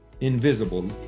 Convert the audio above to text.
invisible